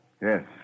Yes